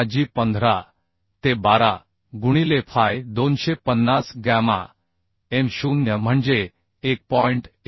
तर A g 15 ते 12 गुणिले Fy 250 गॅमा m 0 म्हणजे 1